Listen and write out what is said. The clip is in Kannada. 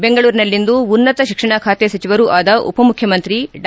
ಬೆಂಗಳೂರಿನಲ್ಲಿಂದು ಉನ್ನತ ಶಿಕ್ಷಣ ಖಾತೆ ಸಚಿವರೂ ಆದ ಉಪ ಮುಖ್ಯಮಂತ್ರಿ ಡಾ